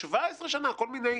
17 שנה, כל מיני